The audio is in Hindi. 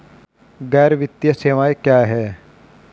गैर वित्तीय सेवाएं क्या हैं?